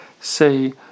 say